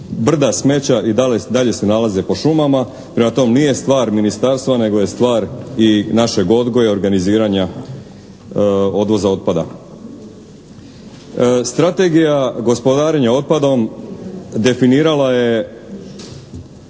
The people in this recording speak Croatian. brda smeća i dalje se nalaze po šumama. Prema tome, nije stvar ministarstva nego je stvar i našeg odgoja i organiziranja odvoza otpada. Strategija gospodarenja otpadom definirala je